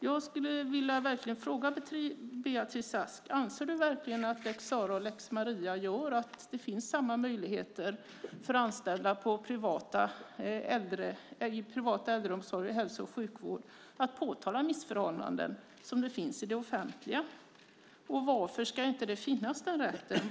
Jag skulle verkligen vilja fråga Beatrice Ask: Anser du verkligen att lex Sarah och lex Maria gör att det finns samma möjligheter för anställda i privat äldreomsorg och hälso och sjukvård att påtala missförhållanden som det finns i det offentliga, och varför ska den rätten inte finnas?